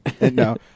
No